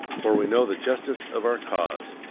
for we know the justice of our cause,